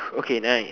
okay then I